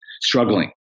struggling